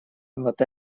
вот